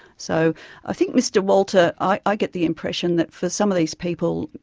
so i think mr walter, i get the impression that for some of these people,